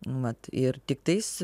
vat ir tiktais